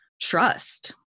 trust